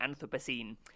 Anthropocene